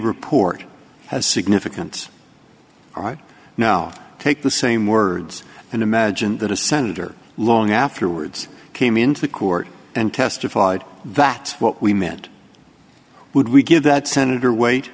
report has significant right now take the same words and imagine that a senator long afterwards came into the court and testified that what we meant would we give that senator wait